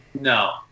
No